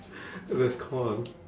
there's corn